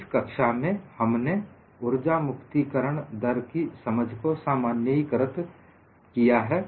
इस कक्षा में हमने उर्जा मुक्तिकरण दर की समझ को सामान्यीकृत किया है